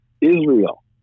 Israel